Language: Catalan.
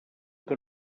que